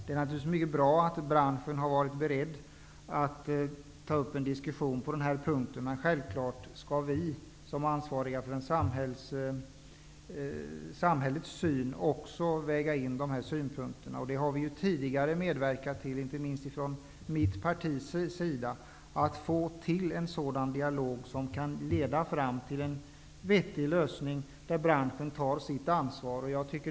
Det är naturligtvis mycket bra att branschen har varit beredd att ta upp en diskussion på den här punkten, men självfallet skall vi som företrädare för samhället också väga in de här synpunkterna. Inte minst från mitt partis sida har vi tidigare medverkat till att få till stånd en sådan dialog som kan leda fram till en vettig lösning och där branschen tar sitt ansvar.